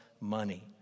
money